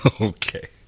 Okay